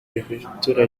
perefegitura